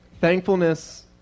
thankfulness